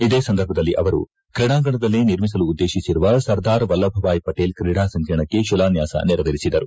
ಇದೇ ಸಂದರ್ಭದಲ್ಲಿ ಅವರು ಕ್ರೀಡಾಂಗಣದಲ್ಲಿ ನಿರ್ಮಿಸಲು ಉದ್ದೇಶಿಸಿರುವ ಸರ್ದಾರ್ ವಲ್ಲಭಭಾಯ್ ಪಟೇಲ್ ಕ್ರೀಡಾ ಸಂಕೀರ್ಣಕ್ಕೆ ಶಿಲಾನ್ಹಾಸ ನೆರವೇರಿಸಿದರು